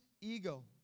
ego